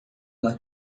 uma